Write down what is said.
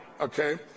okay